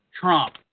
Trump